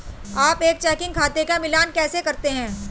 आप एक चेकिंग खाते का मिलान कैसे करते हैं?